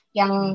yang